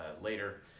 later